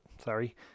sorry